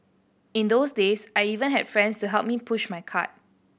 in those days I even had friends to help me push my cart